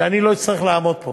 שאני לא אצטרך לעמוד פה